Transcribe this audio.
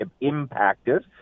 impacted